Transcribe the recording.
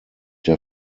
der